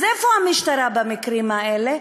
אז איפה המשטרה במקרים האלה?